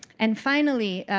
and finally,